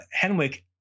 Henwick